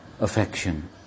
affection